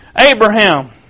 Abraham